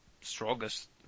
strongest